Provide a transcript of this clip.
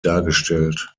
dargestellt